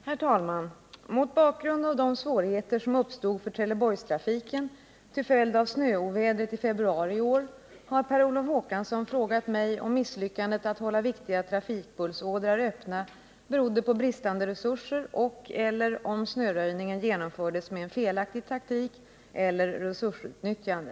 Herr talman! Mot bakgrunu av de svårigheter som uppstod för Trelleborgs Nr 133 trafiken till följd av snöovädret i februari i år har Per Olof Håkansson frågat Torsdagen den mig om misslyckandet med att hålla viktiga trafikpulsådror öppna berodde på 26 april 1979 bristande resurser och/eller om snöröjningen genomfördes med felaktig å taktik eller resursutnyttjande.